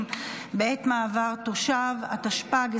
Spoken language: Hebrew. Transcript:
התשפ"ד 2024,